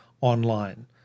online